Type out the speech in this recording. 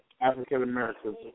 African-Americans